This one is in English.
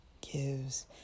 gives